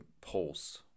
pulse